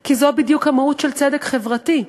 כי זו בדיוק המהות של צדק חברתי.